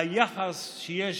היחס שיש,